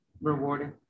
rewarding